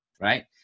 right